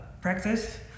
practice